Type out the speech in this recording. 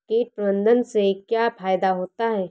कीट प्रबंधन से क्या फायदा होता है?